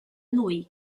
lui